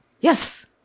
Yes